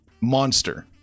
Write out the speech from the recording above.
Monster